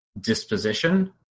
disposition